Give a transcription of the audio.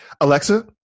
Alexa